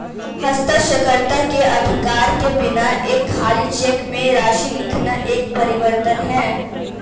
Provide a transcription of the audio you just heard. हस्ताक्षरकर्ता के अधिकार के बिना एक खाली चेक में राशि लिखना एक परिवर्तन है